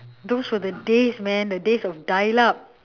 those were the days man the days of dial up